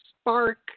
spark